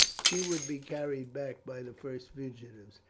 she would be carried back by the first fugitives,